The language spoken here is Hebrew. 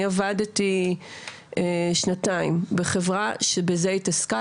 אני עבדתי שנתיים בחברה שהתעסקה בזה,